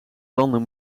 landen